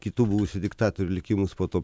kitų buvusių diktatorių likimus po to